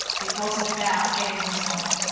it wasn't about getting a result.